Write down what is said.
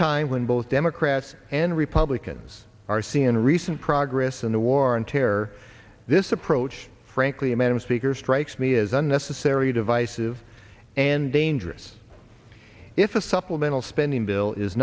time when both democrats and republicans r c n recent progress in the war on terror this approach frankly a matter of speakers strikes me as unnecessary divisive and dangerous if a supplemental spending bill is